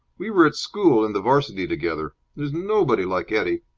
we were at school and the varsity together. there's nobody like eddie!